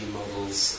models